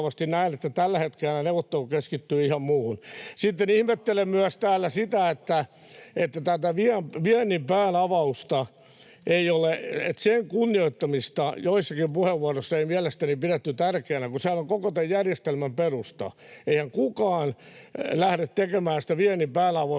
Keväällä on vaalit, ei voi neuvotella!] Sitten ihmettelen täällä myös sitä, että tätä viennin päänavausta, sen kunnioittamista, joissakin puheenvuoroissa ei mielestäni pidetty tärkeänä, kun sehän on koko tämän järjestelmän perusta. Eihän kukaan lähde tekemään sitä viennin päänavausta,